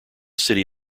city